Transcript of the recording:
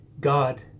God